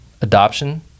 Adoption